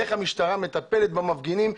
איך המשטרה מטפלת במפגינים,